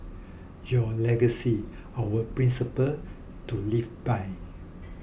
your legacy our principles to live by